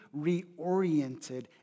reoriented